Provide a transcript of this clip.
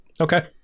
Okay